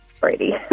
Brady